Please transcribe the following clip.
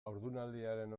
haurdunaldiaren